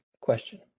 question